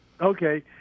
Okay